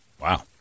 Wow